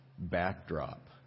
backdrop